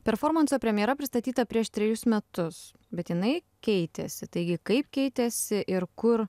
performanso premjera pristatyta prieš trejus metus bet jinai keitėsi taigi kaip keitėsi ir kur